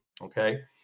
okay